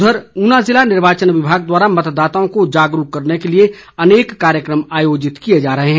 उधर ऊना जिला निर्वाचन विभाग द्वारा मतदाताओं को जागरूक करने के लिए अनेक कार्यक्रम आयोजित किए जा रहे हैं